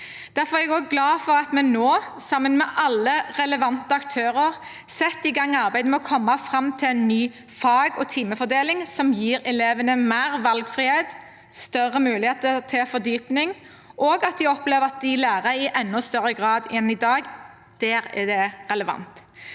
Derfor er jeg også glad for at vi nå, sammen med alle relevante aktører, setter i gang arbeidet med å komme fram til en ny fag- og timefordeling som gir elevene mer valgfrihet og større muligheter til fordypning, og gjør at de opplever at de lærer i enda større grad enn i dag, og at det er relevant.